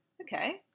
okay